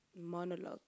monologue